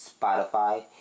Spotify